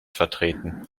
vertreten